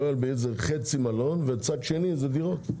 זה חצי מלון וצד שני זה דירות.